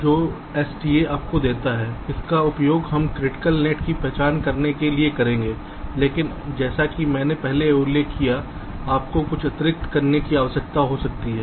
तो जो भी STA आपको देता है उसका उपयोग हम क्रिटिकल नेट की पहचान करने के लिए करेंगे लेकिन जैसा कि मैंने पहले उल्लेख किया है आपको कुछ अतिरिक्त करने की आवश्यकता हो सकती है